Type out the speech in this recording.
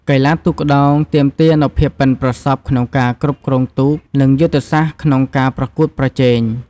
កីឡាទូកក្ដោងទាមទារនូវភាពប៉ិនប្រសប់ក្នុងការគ្រប់គ្រងទូក និងយុទ្ធសាស្ត្រក្នុងការប្រកួតប្រជែង។